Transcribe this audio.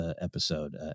episode